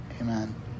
Amen